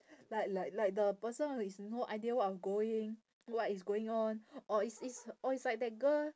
like like like the person is no idea what of going what is going on or it's it's or it's like that girl